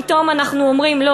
פתאום אנחנו אומרים: לא,